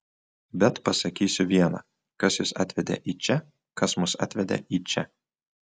bet pasakysiu viena kas jus atvedė į čia kas mus atvedė į čia